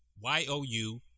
Y-O-U